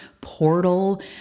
portal